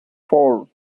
four